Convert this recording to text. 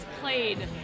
played